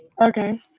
Okay